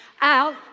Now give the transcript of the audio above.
out